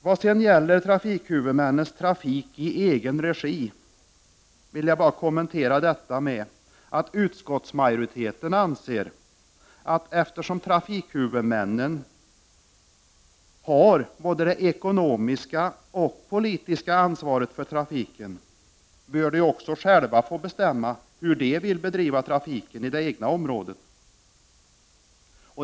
Vad sedan gäller trafikhuvudmännens trafik i egen regi vill jag göra den kommentaren att utskottsmajoriteten anser att trafikhuvudmännen, eftersom de har både det ekonomiska och det politiska ansvaret för trafiken, själva bör få bestämma hur de vill bedriva trafiken i det egna området.